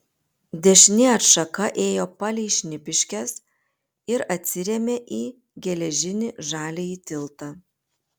dešinė atšaka ėjo palei šnipiškes ir atsirėmė į geležinį žaliąjį tiltą